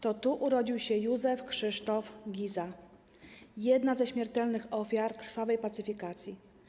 To tu urodził się Józef Krzysztof Giza, jedna ze śmiertelnych ofiar krwawej pacyfikacji.